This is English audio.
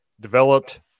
developed